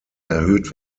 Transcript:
erhöht